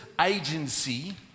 agency